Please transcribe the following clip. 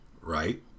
Right